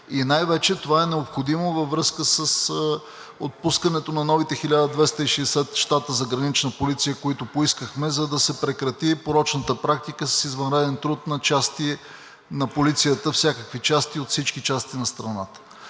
И най-вече това е необходимо във връзка с отпускането на новите 1260 щата за „Гранична полиция“, които поискахме, за да се прекрати порочната практика с извънреден труд на части на полицията – всякакви части, от всички части на страната.